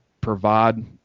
provide